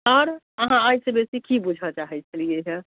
आओर अहाँ एहिसँ बेसी कि बूझऽ चाहै छलिए हँ